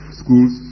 schools